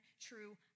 true